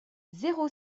zéro